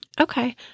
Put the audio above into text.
Okay